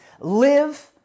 live